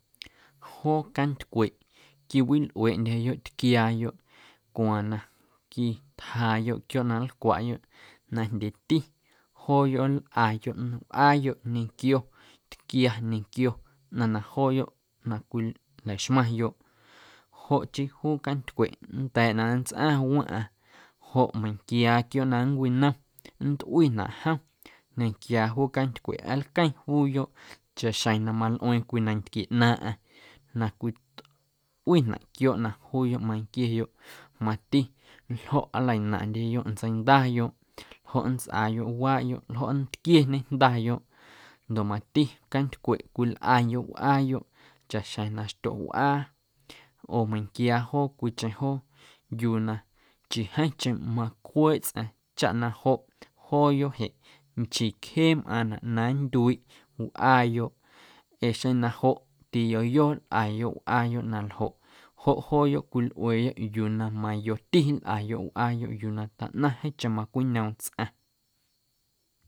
Joo cantycweꞌ quiwilꞌueeꞌndyeyoꞌ tquiaayoꞌ cwaaⁿ na quitjaayoꞌ quiooꞌ na nlcwaꞌyoꞌ najndyeeti jooyoꞌ nlꞌayoꞌ wꞌaayoꞌ ñequo tquia ñequio ꞌnaⁿ na jooyoꞌ cwilaxmaⁿyoꞌ joꞌ chii juu cantycweꞌ nnda̱a̱ na nntsꞌaⁿꞌ waⁿꞌaⁿ joꞌ meiⁿnquiaa quiooꞌ na nncwinom nntꞌuinaꞌ jom nda̱nquiaa juu cantycweꞌ aalqueⁿ juuyoꞌ chaꞌxjeⁿ na malꞌueeⁿ cwii nantquie ꞌnaaⁿꞌaⁿ na cwi tꞌuinaꞌ quiooꞌ na juuyoꞌ manquieyoꞌ mati ljoꞌ nlanaⁿꞌndyeyoꞌ nntseindayoꞌ ljoꞌ nntsꞌaayoꞌ waꞌyoꞌ ljoꞌ nntquieñe jndayoꞌ ndoꞌ mati canttcweꞌ cwilꞌayoꞌ wꞌaayoꞌ chaꞌxjeⁿ na xtyoꞌ wꞌaa oo meiⁿnquiaa joo cwiicheⁿ joo yuu na nchii jeeⁿcheⁿ macweeꞌ tsꞌaⁿ chaꞌ na joꞌ jooyoꞌ jeꞌ nchii cjee mꞌaaⁿnaꞌ na nndyuiiꞌ wꞌaayoꞌ ee xeⁿ na joꞌ joꞌ tiyoyo nlꞌayoꞌ wꞌaayoꞌ na ljoꞌ joꞌ jooyoꞌ cwilꞌueeyoꞌ yuu na mayoti nlꞌayoꞌ yuu na taꞌnaⁿ jeeⁿcheⁿ macweꞌñoom tsꞌaⁿ.